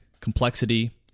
complexity